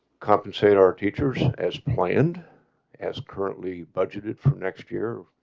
compensate our teachers as planned as currently budgeted for next year.